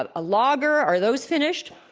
ah a logger are those finished?